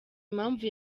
impamvu